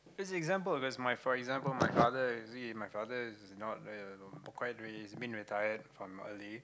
this example is my for example my father you see my father is not a uh he's been retired from quite early